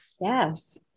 Yes